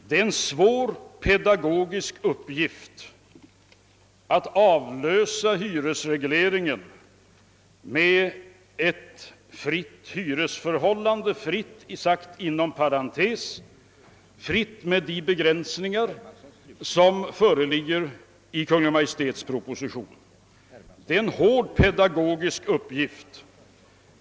Det är en svår och hård pedagogisk uppgift att avlösa hyresregleringen med ett fritt hyresförhållande — fritt sagt inom parentes, fritt med de begränsningar som föreligger i Kungl. Maj:ts proposition.